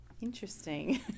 interesting